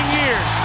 years